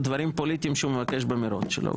דברים פוליטיים שהוא מבקש במרוץ שלו,